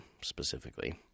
specifically